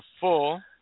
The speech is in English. full